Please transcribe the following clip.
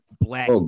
black